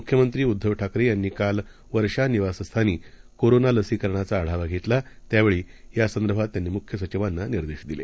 मुख्यमंत्री उद्दव ठाकरे यांनी काल वर्षा निवासस्थानी कोरोना लसीकरणाचा आढावा घेतला त्यावेळी त्यांनी यासंदर्भात मुख्य सचिवांना निर्देश दिले